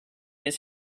his